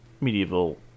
medieval